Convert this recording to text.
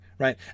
Right